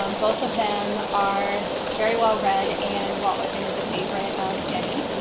um both of them are very well-read, and walt whitman is a favorite of jenny.